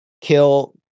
kill